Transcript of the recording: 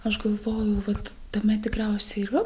aš galvojau vat tame tikriausiai yra